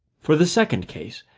for the second case,